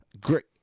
Great